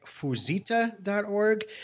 fuzita.org